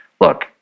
look